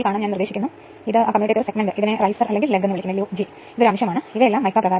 അതിനാൽ ഇപ്പോൾ ഈ സാഹചര്യത്തിൽ 11500 വോൾട്ട് അതിനാൽ V 1 ഇത് ചേർക്കുക അതായത് A മുതൽ B വരെ